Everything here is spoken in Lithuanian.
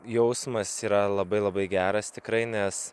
jausmas yra labai labai geras tikrai nes